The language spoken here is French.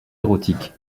érotiques